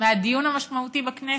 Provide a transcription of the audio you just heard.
מהדיון המשמעותי בכנסת,